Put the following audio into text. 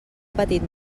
petit